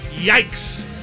yikes